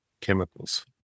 chemicals